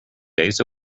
days